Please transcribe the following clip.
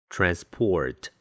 Transport